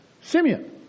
Simeon